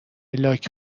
لاک